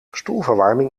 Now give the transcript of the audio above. stoelverwarming